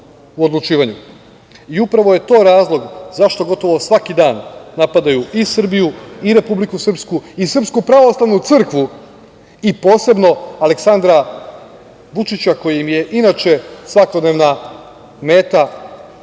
u odlučivanju. Upravo je to razlog zašto gotovo svaki dan napadaju i Srbiju i Republiku Srpsku i Srpsku pravoslavnu crkvu i posebno Aleksandra Vučića koji im je inače svakodnevna meta